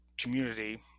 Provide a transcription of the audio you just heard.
community